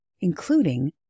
including